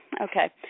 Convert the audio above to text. Okay